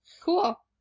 Cool